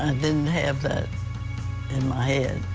and didn't have that in my head.